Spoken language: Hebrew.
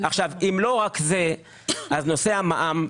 אם לא רק זה, אז נושא המע"מ.